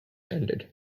ended